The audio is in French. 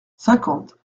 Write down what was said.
cinquante